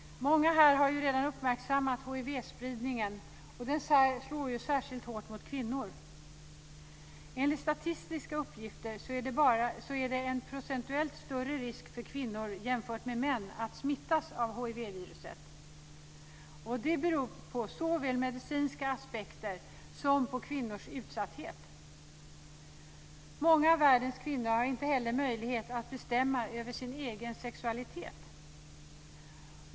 Många här har redan uppmärksammat hivspridningen, och den slår särskilt hårt mot kvinnor. Enligt statistiska uppgifter är det en procentuellt större risk för kvinnor jämfört med män att smittas av hivviruset. Det beror på såväl medicinska aspekter som kvinnors utsatthet. Många av världens kvinnor har inte möjlighet att bestämma över sin egen sexualitet.